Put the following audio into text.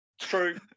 True